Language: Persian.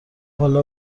حالا